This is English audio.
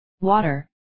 Water